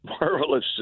marvelous